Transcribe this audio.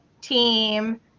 team